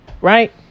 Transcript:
Right